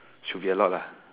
should be a lot lah